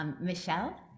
Michelle